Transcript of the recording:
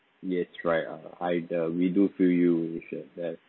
yes right uh I'd uh we do feel you we should that